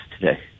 today